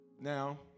Now